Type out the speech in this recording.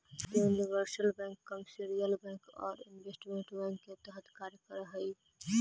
universal bank commercial bank आउ investment bank के तरह कार्य कर हइ